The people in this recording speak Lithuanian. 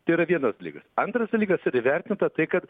tai yra vienas dalykas antras dalykas yra įvertinta tai kad